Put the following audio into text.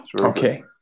Okay